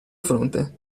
fronte